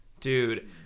dude